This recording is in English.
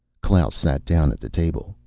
klaus sat down at the table,